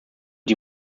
die